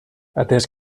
atès